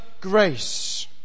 grace